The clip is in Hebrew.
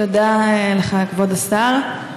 תודה לך, כבוד השר.